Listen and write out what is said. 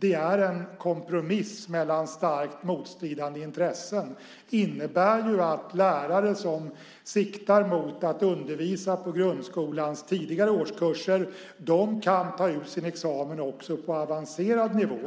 är en kompromiss mellan starkt motstridande intressen - innebär att lärare som siktar mot att undervisa på grundskolans tidigare årskurser kan ta ut sin examen också på avancerad nivå.